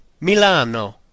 Milano